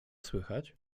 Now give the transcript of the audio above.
słychać